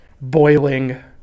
boiling